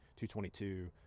2.22